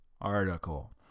article